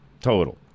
total